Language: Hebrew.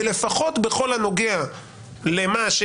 אבל לפחות בכל הנוגע לפגסוס/סייפן,